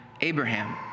Abraham